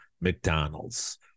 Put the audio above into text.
McDonald's